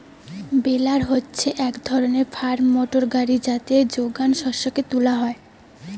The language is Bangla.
বেলার হচ্ছে এক ধরণের ফার্ম মোটর গাড়ি যাতে যোগান শস্যকে তুলা হয়